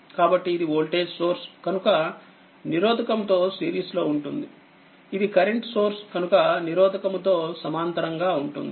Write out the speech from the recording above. కాబట్టిఇది voltage source కనుక నిరోధకముతో సిరీస్ లో ఉంటుంది ఇది కరెంట్ సోర్స్ కనుక నిరోధకముతో సమాంతరంగా ఉంటుంది